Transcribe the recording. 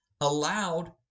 allowed